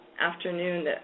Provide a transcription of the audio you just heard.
afternoon